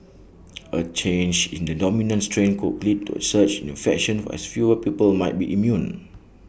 A change in the dominant strain could lead to A surge in infections as fewer people might be immune